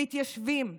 מתיישבים ציונים,